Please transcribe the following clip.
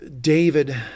David